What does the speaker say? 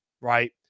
right